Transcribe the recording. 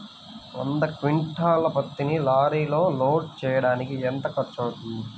వంద క్వింటాళ్ల పత్తిని లారీలో లోడ్ చేయడానికి ఎంత ఖర్చవుతుంది?